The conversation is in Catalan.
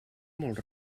molt